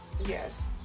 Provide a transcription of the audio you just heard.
Yes